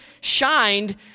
shined